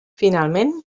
finalment